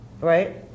Right